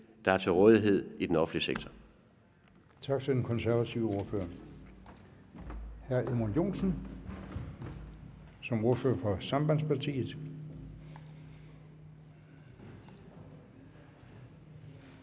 der er til rådighed i den offentlige sektor.